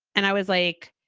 and i was like,